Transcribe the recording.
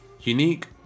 Unique